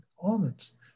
almonds